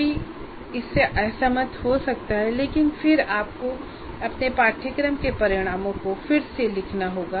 कोई इससे असहमत हो सकता है लेकिन फिर आपको अपने पाठ्यक्रम के परिणामों को फिर से लिखना होगा